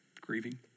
grieving